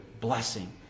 blessing